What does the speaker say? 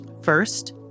First